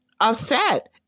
upset